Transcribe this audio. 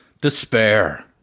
Despair